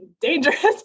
dangerous